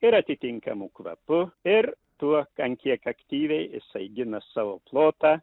ir atitinkamu kvapu ir tuo an kiek aktyviai jisai gina savo plotą